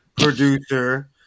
producer